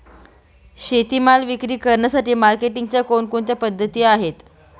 शेतीमाल विक्री करण्यासाठी मार्केटिंगच्या कोणकोणत्या पद्धती आहेत?